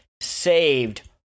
saved